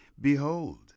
Behold